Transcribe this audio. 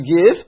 give